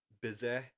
busy